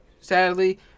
sadly